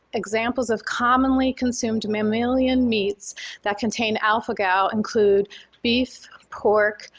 examples of commonly consumed mammalian meats that contain alpha-gal include beef, pork,